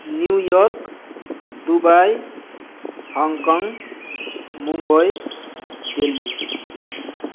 New York Dubai Hong Kong Mumbai Delhi